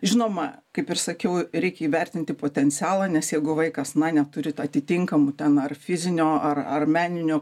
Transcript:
žinoma kaip ir sakiau reikia įvertinti potencialą nes jeigu vaikas na neturi atitinkamų ten ar fizinio ar ar meninio